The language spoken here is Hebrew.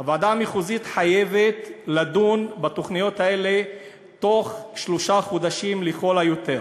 הוועדה המחוזית חייבת לדון בתוכניות האלה תוך שלושה חודשים לכל היותר.